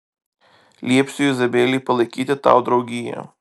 liepsiu izabelei palaikyti tau draugiją